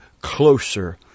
closer